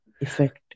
effect